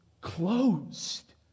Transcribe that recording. closed